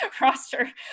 roster